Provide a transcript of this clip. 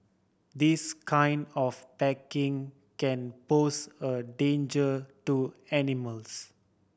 this kind of packaging can pose a danger to animals